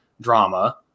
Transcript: drama